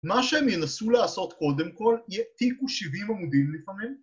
מה שהם ינסו לעשות קודם כל יהיה תיקו שבעים עמודים לפעמים